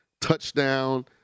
touchdown